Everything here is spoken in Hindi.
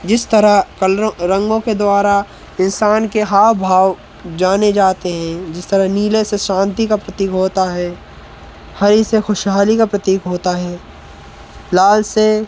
जिस तरह कलरों रंगों के द्वारा इंसान के हाव भाव जाने जाते हैं जिस तरह नीले से शांति का प्रतीक होता है हरी से खुशहाली का प्रतीक होता है लाल से